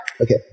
Okay